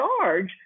charge